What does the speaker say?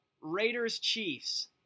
Raiders-Chiefs